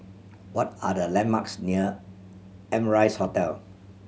what are the landmarks near Amrise Hotel